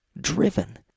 driven